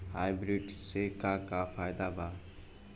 Hybrid से का का फायदा बा?